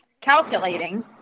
calculating